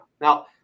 Now